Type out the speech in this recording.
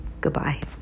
Goodbye